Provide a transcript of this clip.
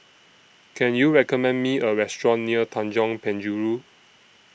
Can YOU recommend Me A Restaurant near Tanjong Penjuru